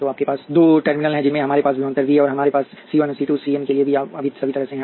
तो आपके पास दो टर्मिनल हैं जिनमें हमारे पास विभवांतर वी है और हमारे पास सी 1 सी 2 सी एन के लिए सभी तरह से है